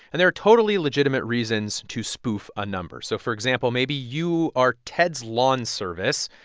and there are totally legitimate reasons to spoof a number. so for example, maybe you are ted's lawn service,